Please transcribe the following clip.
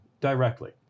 directly